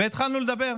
התחלנו לדבר.